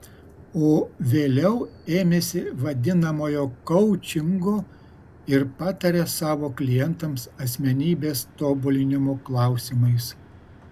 o vėliau ėmėsi vadinamojo koučingo ir pataria savo klientams asmenybės tobulinimo klausimais